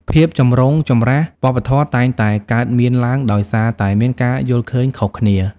ភាពចម្រូងចម្រាសវប្បធម៌តែងតែកើតមានឡើងដោយសារតែមានការយល់ឃើញខុសគ្នា។